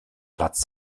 platz